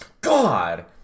God